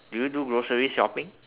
do you do grocery shopping